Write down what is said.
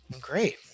great